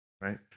right